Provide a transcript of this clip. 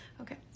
Okay